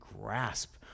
grasp